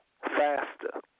faster